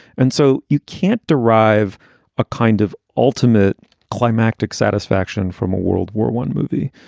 and so you can't derive a kind of ultimate climactic satisfaction from a world war one movie.